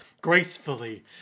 Gracefully